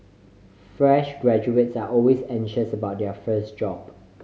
fresh graduates are always anxious about their first job